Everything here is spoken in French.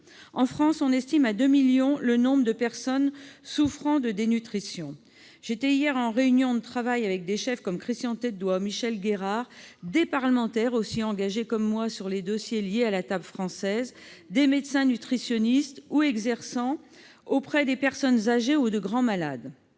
En France, on estime à 2 millions le nombre de cas. J'étais hier en réunion de travail avec des chefs, comme Christian Têtedoie, Michel Guérard, mais aussi des parlementaires, engagés comme moi sur les dossiers liés à la table française, des médecins nutritionnistes ou exerçant auprès des personnes âgées ou de grands malades.